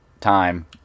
time